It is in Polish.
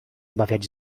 obawiać